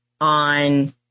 on